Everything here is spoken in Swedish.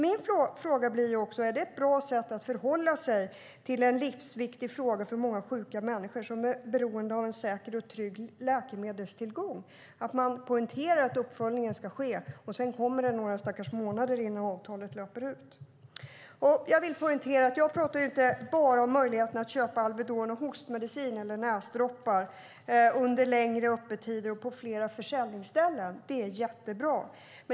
Min fråga blir alltså: Är det ett bra sätt att förhålla sig till en för många sjuka människor som är beroende av en säker och trygg läkemedelstillgång livsviktig fråga, att man poängterar att uppföljningen ska ske - och sedan kommer den några stackars månader innan avtalet löper ut? Jag vill poängtera att jag inte bara talar om möjligheten att köpa Alvedon och hostmedicin eller näsdroppar under längre öppettider och på fler försäljningsställen. Det är jättebra.